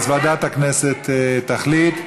אז ועדת הכנסת תחליט.